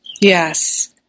Yes